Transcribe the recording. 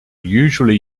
usually